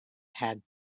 had